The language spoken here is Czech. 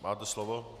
Máte slovo.